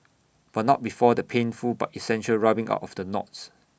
but not before the painful but essential rubbing out of the knots